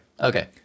Okay